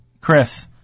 Chris